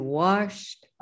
washed